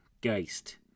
geist